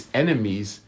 enemies